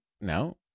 no